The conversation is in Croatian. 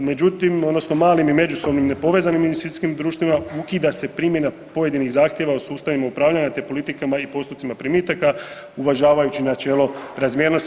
Međutim, odnosno malim i međusobno ne povezanim investicijskim društvima ukida se primjena pojedinih zahtjeva u sustavima upravljanja te politikama i postupcima primitaka uvažavajući načelo razmjernosti.